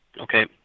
Okay